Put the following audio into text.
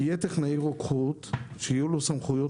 יהיו טכנאי רוקחות שיהיו להם סמכויות